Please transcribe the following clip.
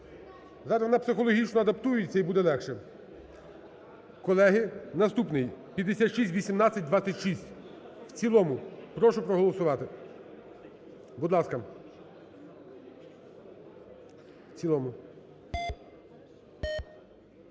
Зараз вона психологічно адаптується – і буде легше. Колеги, наступний: 5618-26 в цілому. Прошу проголосувати. Будь ласка. 17:17:42